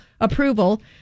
approval